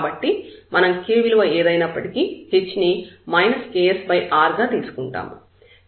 కాబట్టి మనం k విలువ ఏదైనప్పటికీ h ని ksr తీసుకుంటాము